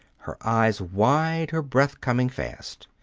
her eyes wide, her breath coming fast.